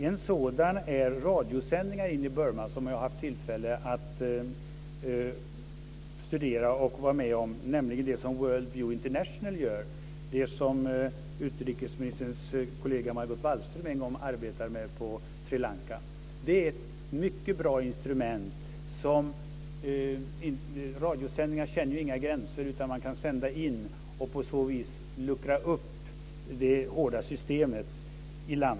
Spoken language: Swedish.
En sådan är radiosändningar in i Burma, något som jag haft tillfälle att studera och vara med om. Jag tänker på det som World View International gör, det som utrikesministerns kollega Margot Wallström en gång arbetade med på Sri Lanka. Detta är ett mycket bra instrument. Radiosändningar känner ju inga gränser, utan man kan sända in i landet och på så vis luckra upp det hårda systemet.